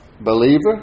believer